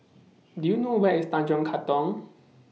Do YOU know Where IS Tanjong Katong